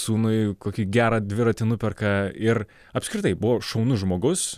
sūnui kokį gerą dviratį nuperka ir apskritai buvo šaunus žmogus